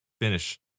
finish